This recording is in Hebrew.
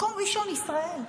מקום ראשון, ישראל.